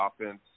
offense